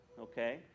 okay